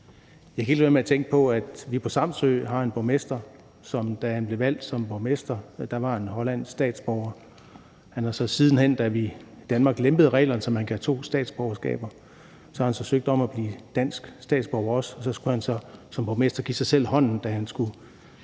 Jeg kan ikke lade være med at tænke på, at vi på Samsø har en borgmester, og da han blev valgt som borgmester, var han hollandsk statsborger. Da vi så i Danmark lempede reglerne, så man kan have to statsborgerskaber, søgte han så om også at blive dansk statsborger. Han skulle så som borgmester give sig selv hånden, da han skulle